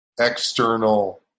external